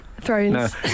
Thrones